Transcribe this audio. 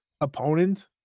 opponent